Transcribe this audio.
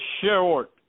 short